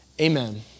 Amen